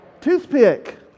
toothpick